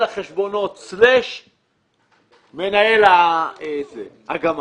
מנהל החשבונות/מנהל הגמ"ח.